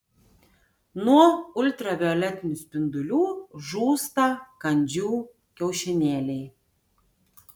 nuo ultravioletinių spindulių žūsta kandžių kiaušinėliai